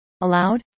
Allowed